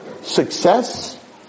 success